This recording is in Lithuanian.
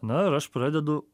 na ir aš pradedu